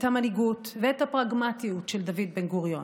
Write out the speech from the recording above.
המנהיגות ואת הפרגמטיות של דוד בן-גוריון,